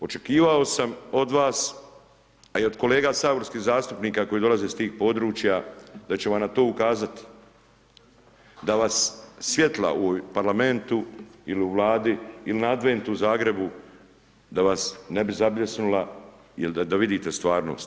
Očekivao sam od vas a i od kolega saborskih zastupnika koji dolaze iz tih područja da će vam na to ukazati, da vas svjetla u Parlamentu ili u Vladi ili na adventu u Zagrebu, da vas ne bi zabljesnula da vidite stvarnost.